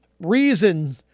reason